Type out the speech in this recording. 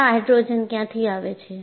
આ હાઇડ્રોજન ક્યાંથી આવે છે